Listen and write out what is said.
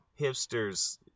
Hipsters